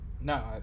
no